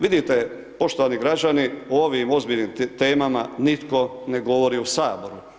Vidite poštovani građani o ovom ozbiljnim temama nitko ne govori u Saboru.